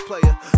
player